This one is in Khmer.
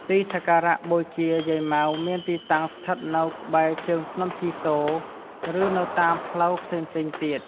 ទីសក្ការៈបូជាយាយម៉ៅមានទីតាំងស្ថិតនៅក្បែរជើងភ្នំជីសូរ ឬនៅតាមផ្លូវផ្សេងៗទៀត។